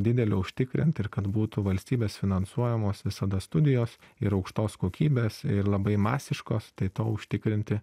didelio užtikrint ir kad būtų valstybės finansuojamos visada studijos ir aukštos kokybės ir labai masiškos tai to užtikrinti